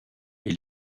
est